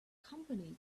company